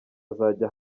azajya